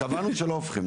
קבענו שלא הופכים.